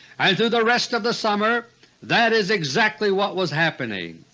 and through the rest of the summer that is exactly what was happening.